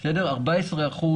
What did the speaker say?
14%